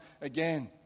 again